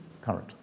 current